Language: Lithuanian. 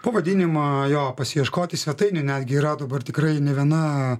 pavadinimą jo pasiieškoti svetainių netgi yra dabar tikrai ne viena